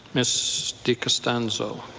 ms. dicostanzo.